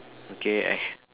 okay eh